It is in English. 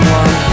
one